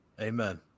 Amen